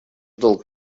долг